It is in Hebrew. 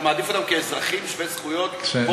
אתה מעדיף אותם כאזרחים שווי זכויות פה,